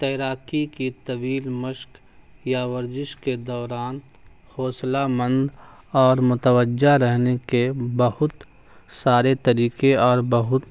تیراکی کی طویل مشق یا ورزش کے دوران حوصلہ مند اور متوجہ رہنے کے بہت سارے طریقے اور بہت